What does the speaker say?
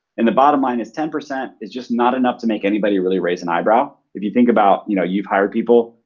and the bottom line is ten percent is just not enough to make anybody really raise an eyebrow. if you think about, you know, you've hired people.